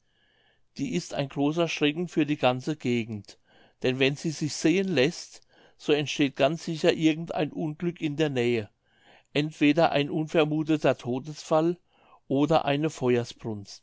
die ist ein großer schrecken für die ganze gegend denn wenn sie sich sehen läßt so entsteht ganz sicher irgend ein unglück in der nähe entweder ein unvermutheter todesfall oder eine